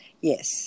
Yes